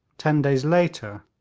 ten days later,